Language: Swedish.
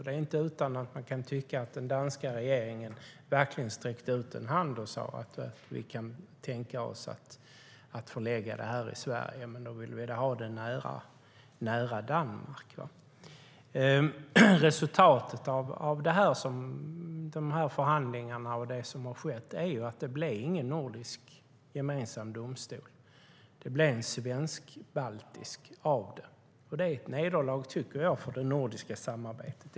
Det är inte utan att man kan tycka att den danska regeringen verkligen sträckte ut en hand när den sade att den kunde tänka sig att förlägga domstolen i Sverige men i så fall nära Danmark. Resultatet av förhandlingarna och det som har skett är att det inte blir någon gemensam nordisk domstol. Det blir en svensk-baltisk domstol. Det är ett nederlag, tycker jag, för det nordiska samarbetet.